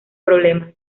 problema